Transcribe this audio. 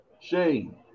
Shane